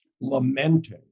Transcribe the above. lamenting